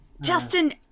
Justin